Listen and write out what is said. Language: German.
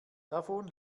davon